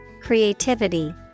creativity